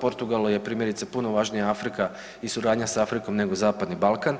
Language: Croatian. Portugalu je primjerice puno važnija Afrika i suradnja s Afrikom nego Zapadni Balkan,